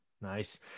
Nice